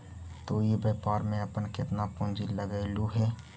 तु इ व्यापार में अपन केतना पूंजी लगएलहुं हे?